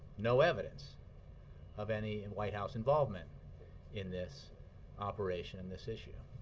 no evidence of any and white house involvement in this operation and this issue.